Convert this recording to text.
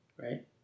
right